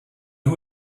who